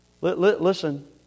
Listen